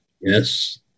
Yes